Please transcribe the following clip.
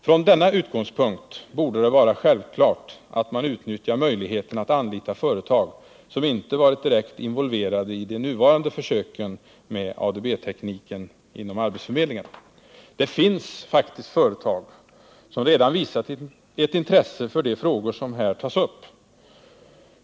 Från denna utgångspunkt borde det vara självklart att man utnyttjar möjligheten att anlita företag, som inte varit direkt involverade i de nuvarande försöken med ADB-teknik inom arbetsförmedlingen. Det finns faktiskt företag som redan visat ett intresse för de frågor som här tas upp.